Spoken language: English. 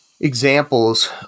examples